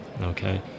Okay